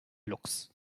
luchs